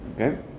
Okay